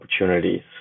opportunities